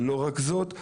לא רק זאת,